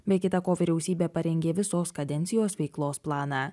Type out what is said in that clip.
be kita ko vyriausybė parengė visos kadencijos veiklos planą